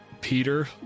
Peter